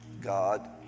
God